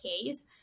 case